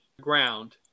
ground